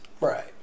Right